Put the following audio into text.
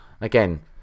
Again